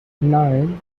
nine